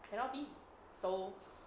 cannot be so